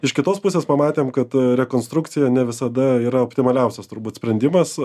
iš kitos pusės pamatėm kad rekonstrukcija ne visada yra optimaliausias turbūt sprendimas